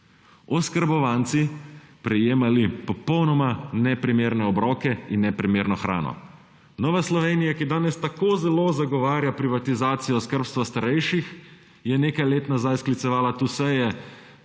oskrbovanci prejemali popolnoma neprimerne obroke in neprimerno hrano. Nova Slovenija, ki danes tako zelo zagovarja privatizacijo skrbstva starejših, je nekaj let nazaj sklicevala tu seje